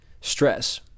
stress